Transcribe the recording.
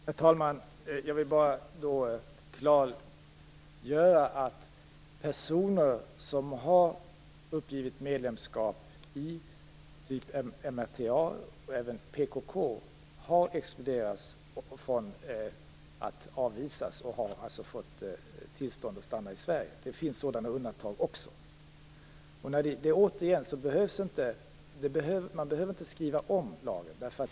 Herr talman! Jag vill bara klargöra att personer som har uppgivit medlemskap i organisationer av typen MRTA och även PKK har exkluderats från att bli avvisade och alltså har fått tillstånd att stanna i Sverige. Det finns också sådana undantag. Återigen: Man behöver inte skriva om lagen.